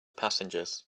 passengers